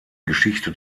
geschichte